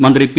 മന്ത്രി പി